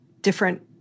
different